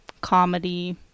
comedy